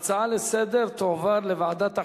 להצעה לסדר-היום ולהעביר את הנושא לוועדת החינוך,